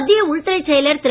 மத்திய உள்துறைச் செயலர் திரு